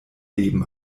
leben